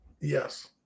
Yes